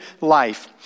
life